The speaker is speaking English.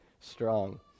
strong